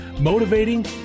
motivating